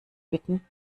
bitten